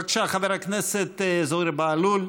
בבקשה, חבר הכנסת זוהיר בהלול,